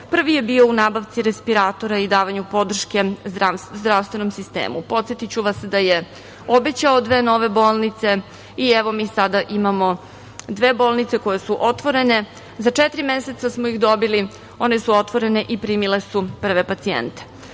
prvi je bio u nabavci respiratora i davanju podrške zdravstvenom sistemu. Podsetiću vas da je obećao dve nove bolnice i, evo, mi sada imamo dve bolnice koje su otvorene. Za četiri meseca smo ih dobili. One su otvorene i primile su prve pacijenta. Da